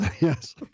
Yes